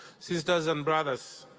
sisters and brothers,